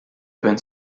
open